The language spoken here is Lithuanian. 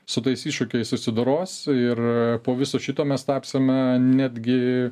su tais iššūkiais susidoros ir po viso šito mes tapsime netgi